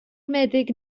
meddyg